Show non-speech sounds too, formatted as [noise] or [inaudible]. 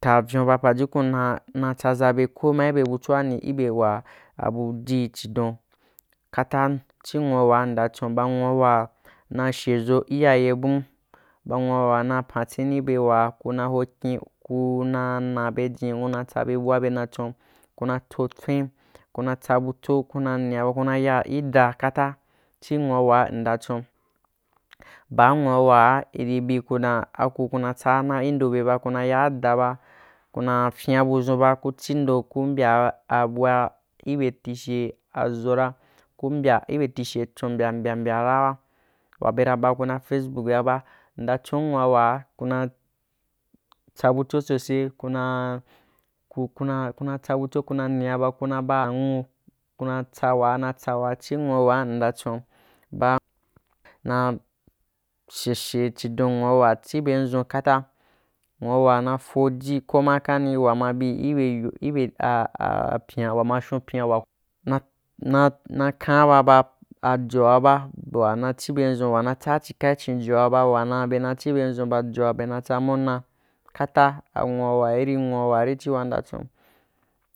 Tavyun ba pajukun na tsaʒabe ko ma ibe butsoani ibe wa abujie chidon kata chi nwuawa mnda chon ba nwua wana sheʒo iyaye bum ba nwuawa na pantsīnibe wa kuna hokyin – kuna nabejín kuna tsabe bua be na chon kuna tso tswin kuna tsabutso kuna nīaba ku na ya ida kata chi nwuawa mnda chon baa nwu waa iri bi ku dan aku kuna tsaa na i ndo be ba aku kura yaada ba kuna fyin’a budʒun ba kuchi ndo ku mbya a bua ibe tishe aʒora ku mbya ibe tishe [unintelligible] mbya mbya-mbyara wa be ra ba ku ra faceboo yaba mnda chun nwua wei kuna tsa butso sose kuna ku kuna kuna tsa butso kuna niaba kuna baa nghu kuna tsa waana tsa waa chi nwuawaa mnda chon [unintelligible] sheshe chindon nwuawa chi bendʒun kata nwuawa na foji koma kanī wa ma bi ibe ya ibe [hesitation] pyin’a wama shun pyìnbia wa [unintelligible] na kan ba bajoa ba wa na chī ben dʒun wana tsaa chika ichinjoa ba wana bena chiben dʒun bajoa bena tsa munna kata a nwuawa irí nwuawal chi waana chon